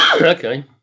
Okay